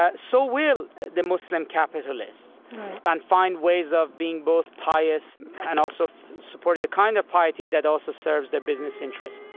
ah so will the muslim capitalists right and find ways of being both pious and also supporting the kind of piety that also serves their business interest